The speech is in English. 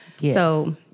So-